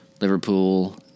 Liverpool